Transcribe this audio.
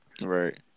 Right